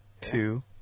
two